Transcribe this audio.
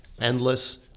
endless